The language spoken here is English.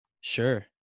Sure